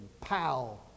Pow